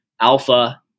alpha